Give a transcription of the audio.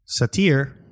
satir